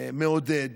מעודד